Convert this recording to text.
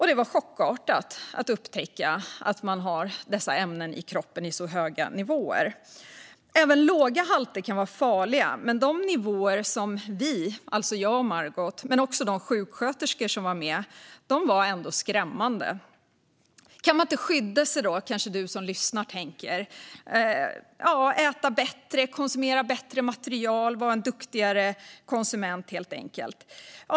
Det var chockartat att upptäcka att jag hade så höga nivåer av dessa ämnen i kroppen. Även låga halter kan vara farliga, och de nivåer som uppmättes hos mig, Margot och de sjuksköterskor som var med var skrämmande. Kan man inte skydda sig då, kanske du som lyssnar tänker, genom att äta bättre, konsumera bättre material och helt enkelt vara en duktigare konsument?